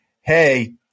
Hey